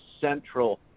central